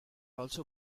also